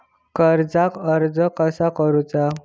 कर्जाक अर्ज कसा करुचा?